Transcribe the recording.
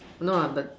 no ah but